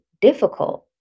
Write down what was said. difficult